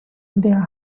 their